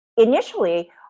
Initially